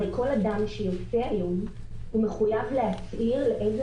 הרי כל אדם שיוצא היום מחויב להצהיר לאיזו